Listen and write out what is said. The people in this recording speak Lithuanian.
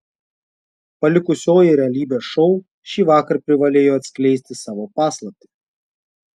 palikusioji realybės šou šįvakar privalėjo atskleisti savo paslaptį